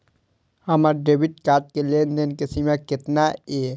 हमार debit card के लेन देन के सीमा केतना ये?